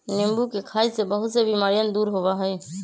नींबू के खाई से बहुत से बीमारियन दूर होबा हई